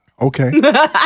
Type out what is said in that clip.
Okay